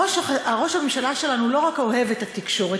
ראש הממשלה שלנו לא רק אוהב את התקשורת,